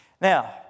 Now